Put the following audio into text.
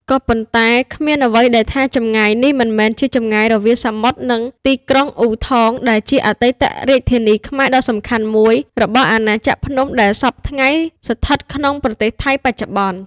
ក៏ប៉ុន្តែគ្មានអ្វីដែលថា ចម្ងាយនេះមិនមែនជាចម្ងាយរវាងសមុទ្រ និងទីក្រុង អ៊ូថង ដែលជាអតីតរាជធានីខ្មែរដ៏សំខាន់មួយ របស់អាណាចក្រភ្នំ ដែលសព្វថ្ងៃស្ថិតក្នុង ប្រទេសថៃបច្ចុប្បន្ន ។